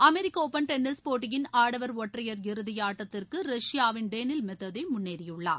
அமெரிக்க open tennis போட்டியின் ஆடவர் ஒற்றையர் இறுதியாட்டத்திற்கு ரஷ்யாவின் டேனில் மெத்வதேவ் முன்னேறியுள்ளார்